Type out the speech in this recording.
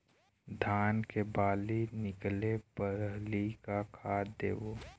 धान के बाली निकले पहली का खाद देबो?